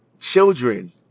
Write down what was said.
children